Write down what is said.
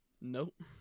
Nope